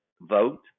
vote